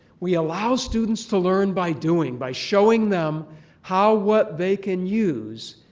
we allow students to learn by doing, by showing them how what they can use,